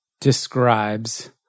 describes